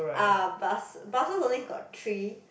ah bus buses only got three